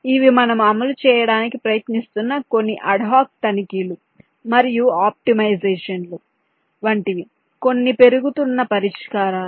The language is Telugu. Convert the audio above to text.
ఇవి మనము అమలు చేయడానికి ప్రయత్నిస్తున్న కొన్ని అడ్హాక్ తనిఖీలు మరియు ఆప్టిమైజేషన్లు వంటివి కొన్ని పెరుగుతున్న పరిష్కారాలు